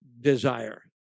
desire